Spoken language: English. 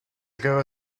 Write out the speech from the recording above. ago